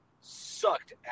sucked